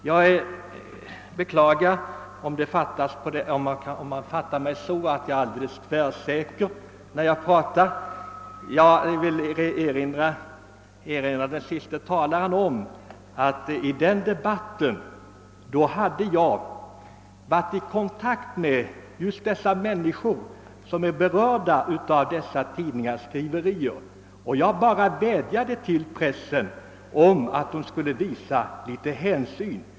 Jag beklagar om man fattar mig så, att jag är alldeles tvärsäker när jag pratar. Jag vill erinra den föregående talaren om att jag inför debatten den gången hade varit i kontakt med människor som varit berörda av dessa tidningars skriverier. Jag bara vädjade till pressen att den skulle visa en smula hänsyn.